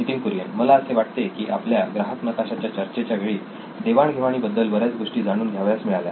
नितीन कुरियन मला असे वाटते की आपल्या ग्राहक नकाशा च्या चर्चेच्या वेळी देवाण घेवाणीबद्दल बऱ्याच गोष्टी जाणून घ्यावयास मिळाल्या